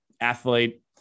athlete